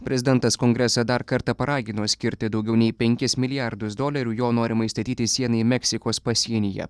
prezidentas kongresą dar kartą paragino skirti daugiau nei penkis milijardus dolerių jo norimai statyti sienai meksikos pasienyje